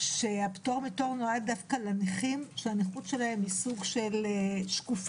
שהפטור מתור נועד דווקא לנכים שהנכות שלהם היא סוג של שקופה,